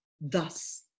Thus